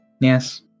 Yes